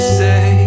say